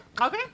Okay